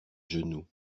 genoux